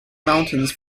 mountains